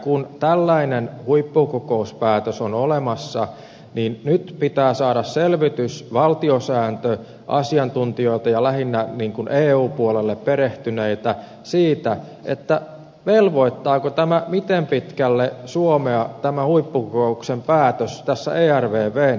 kun tällainen huippukokouspäätös on olemassa niin nyt pitää saada selvitys valtiosääntöasiantuntijoilta ja lähinnä eu puoleen perehtyneiltä siitä miten pitkälle tämä huippukokouksen päätös velvoittaa suomea tässä ervvn päätöksenteossa